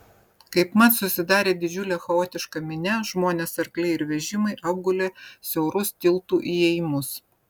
kaipmat susidarė didžiulė chaotiška minia žmonės arkliai ir vežimai apgulė siaurus tiltų įėjimus